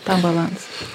tą balansą